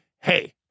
hey